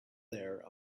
there